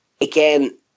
Again